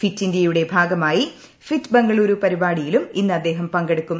fit ഇന്ത്യയുടെ ഭാഗമായി fit Bengaluru പരിപാടിയിലും ഇന്ന് അദ്ദേഹം പങ്കെടുക്കും